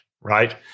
right